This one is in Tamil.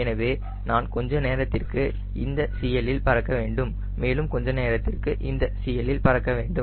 எனவே நான் கொஞ்ச நேரத்திற்கு இந்த CL இல் பறக்க வேண்டும் மேலும் கொஞ்ச நேரத்திற்கு இந்த CL இல் பறக்க வேண்டும்